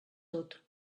tot